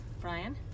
Brian